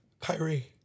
Kyrie